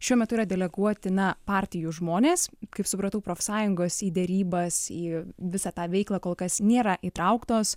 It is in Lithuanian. šiuo metu yra deleguoti na partijų žmonės supratau profsąjungos į derybas į visą tą veiklą kol kas nėra įtrauktos